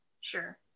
Sure